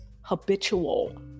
habitual